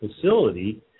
facility